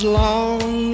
long